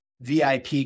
VIP